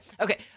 okay